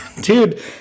dude